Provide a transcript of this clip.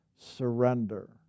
surrender